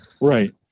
Right